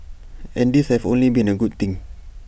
and these have only been A good thing